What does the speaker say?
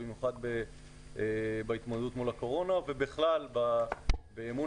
במיוחד בהתמודדות מול הקורונה ובכלל באמון